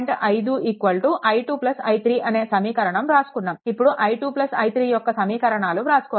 5 i2 i3 అనే సమీకరణం వ్రాసుకున్నాము ఇప్పుడు i2 మరియు i3 యొక్క సమీకరణాలు వ్రాసుకోవాలి